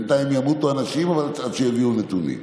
בינתיים ימותו אנשים אבל עד שיביאו נתונים.